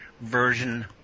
version